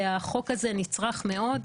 והחוק הזה נצרך מאוד.